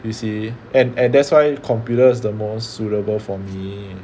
you see and and that's why computer is the more suitable for me